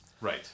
Right